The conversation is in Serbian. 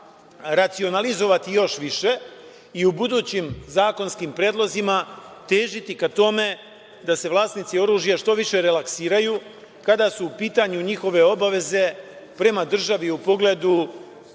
racionalizovati još više i u budućim zakonskim predlozima težiti ka tome da se vlasnici oružja što više relaksiraju kada su u pitanju njihove obaveze prema državi u pogledu